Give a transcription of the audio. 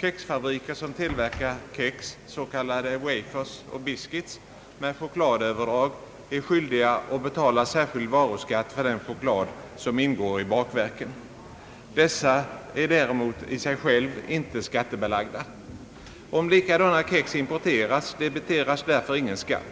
Kexfabriker som tillverkar kex — s.k. wafers och biscuits — med chokladöverdrag är skyldiga att betala särskild varuskatt för den choklad som ingår i bakverken. Bakverken är i sig själva inte skattebelagda. Om likadana kex importeras, debiteras därför ingen skatt.